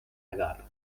agar